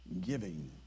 giving